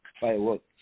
Fireworks